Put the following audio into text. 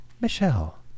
Michelle